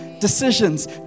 Decisions